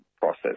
process